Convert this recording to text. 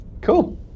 Cool